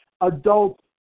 adults